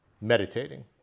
meditating